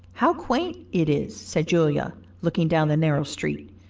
how quaint it is! said julia, looking down the narrow street,